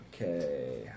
Okay